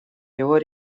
его